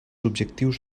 objectius